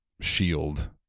shield